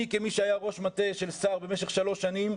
אני כמי שהיה ראש מטה של שר במשך שלוש שנים,